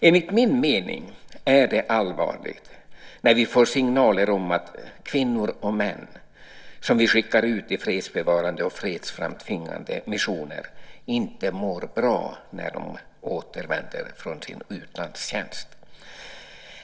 Enligt min mening är det allvarligt när vi får signaler om att kvinnor och män som vi skickar ut i fredsbevarande och fredsframtvingande missioner inte mår bra när de återvänder från sin utlandstjänst.